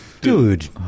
dude